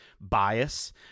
bias